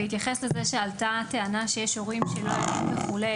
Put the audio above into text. בהתייחס לזה שעלתה טענה שיש הורים שלא יודעים וכו'